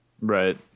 Right